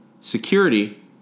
security